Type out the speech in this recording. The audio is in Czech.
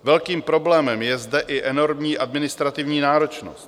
Velkým problémem je zde i enormní administrativní náročnost.